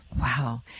Wow